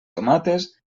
tomates